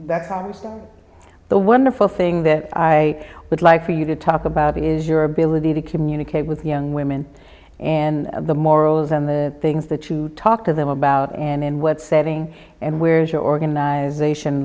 caused the wonderful thing that i would like for you to talk about is your ability to communicate with young women and the morals and the things that you talk to them about and in what setting and where is your organize